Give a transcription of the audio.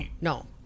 no